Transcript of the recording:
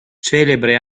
celebre